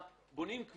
כשבונים בנייה חדשה,